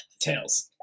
tails